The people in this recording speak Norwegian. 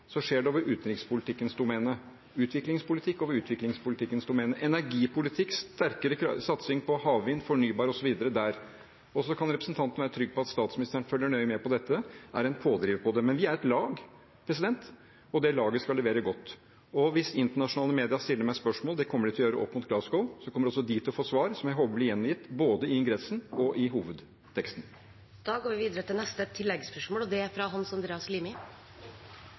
skjer det over utenrikspolitikkens domene. Utviklingspolitikk skjer over utviklingspolitikkens domene, og energipolitikk, sterkere satsing på havvind, fornybar osv., der. Så kan representanten være trygg på at statsministeren følger nøye med på dette og er en pådriver på det. Men vi er et lag, og det laget skal levere godt. Hvis internasjonale media stiller meg spørsmål, og det kommer de til å gjøre opp mot Glasgow, kommer også de til å få svar, som jeg håper blir gjengitt både i ingressen og i hovedteksten. Hans Andreas Limi – til oppfølgingsspørsmål. Det kan nok være flere enn representanten Erna Solberg som er